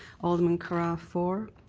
alderman carra for,